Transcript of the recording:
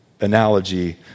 analogy